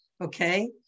okay